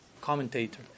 commentator